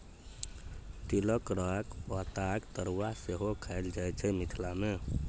तिलकोराक पातक तरुआ सेहो खएल जाइ छै मिथिला मे